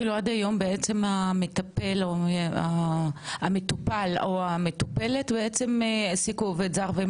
עד היום בעצם המטפל או המטופלת העסיקו עובד זר והם